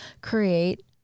create